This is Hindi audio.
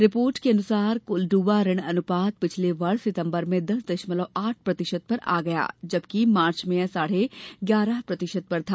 रिपोर्ट के अनुसार कुल डूबा ऋण अनुपात पिछले वर्ष सितम्बर में दस दशमलव आठ प्रतिशत पर आ गया जबकि मार्च में यह साढ़े ग्यारह प्रतिशत था